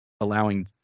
allowing